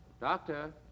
Doctor